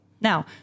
Now